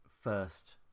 first